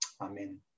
Amen